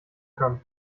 kann